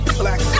black